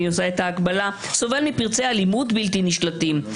אני עושה את ההקבלה סובל מפרצי אלימות בלתי נשלטים.